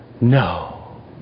No